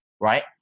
right